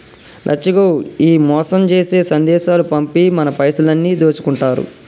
లచ్చిగో ఈ మోసం జేసే సందేశాలు పంపి మన పైసలన్నీ దోసుకుంటారు